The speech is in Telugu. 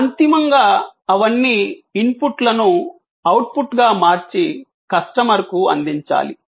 అంతిమంగా అవన్నీ ఇన్పుట్లను అవుట్పుట్గా మార్చి కస్టమర్కు అందించాలి